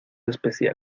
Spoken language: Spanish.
especial